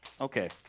Okay